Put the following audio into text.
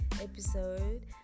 episode